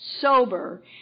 sober